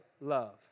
love